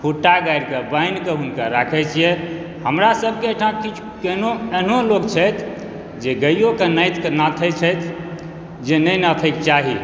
खुट्टा गारि कऽ बान्हि कऽ हुनका राखै छियै हमरासबके एहिठाम किछु केहनो एहनो लोक छथि जे गाइयो के नाथै छथि जे नहि नाथै के चाही